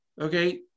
okay